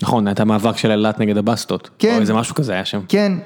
נכון היה את המאבק של אילת נגד הבסטות, כן. זה משהו כזה היה שם. כן.